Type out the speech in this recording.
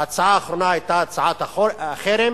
ההצעה האחרונה היתה הצעת החרם,